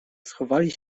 schowali